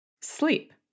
Sleep